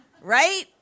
right